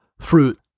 fruit